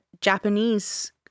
Japanese